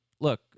look